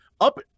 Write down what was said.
up